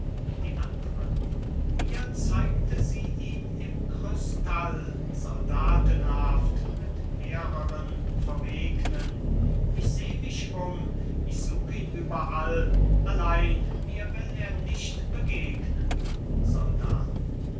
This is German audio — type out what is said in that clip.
die andre mir zeigte sie ihn im krystall soldatenhaft mit mehreren verwegnen ich seh mich um ich such ihn überall allein mir will er nicht begegnen soldaten